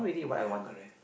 ya correct